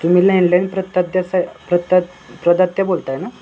तुम्ही लँडलाईन प्रताद्यासा प्रत प्रदाते बोलताय ना